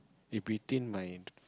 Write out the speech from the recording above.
in between my